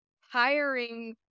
hiring